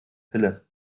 pille